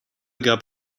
gab